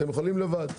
אתם יכולים לעשות לבד.